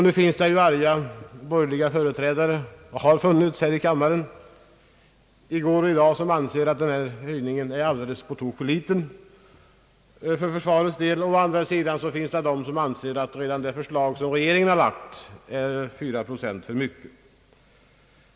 Nu finns det ju arga företrädare för bor gerliga partier här i kammaren som anser detta vara på tok för litet, under det att andra anser att redan denna höjning är 4 procent för mycket.